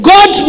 God